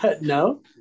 No